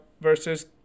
versus